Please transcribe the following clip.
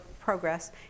progress